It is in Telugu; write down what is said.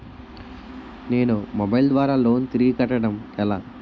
నేను మొబైల్ ద్వారా లోన్ తిరిగి కట్టడం ఎలా?